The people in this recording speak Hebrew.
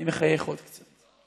אני מחייך עוד קצת.